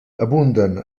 abunden